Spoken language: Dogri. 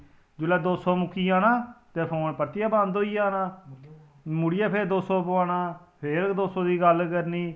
जेल्लै दो सौ मुक्की जान ते फोन परतियै बंद होई जाना मुड़ियै फिर दो सौ रपेऽ दा पुआना फिर दो सौ दी गल्ल करनी